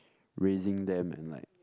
raising them and like